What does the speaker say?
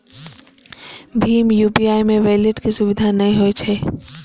भीम UPI मे wallet के सुविधा नै होइ छै